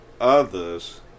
others